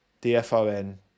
D-F-O-N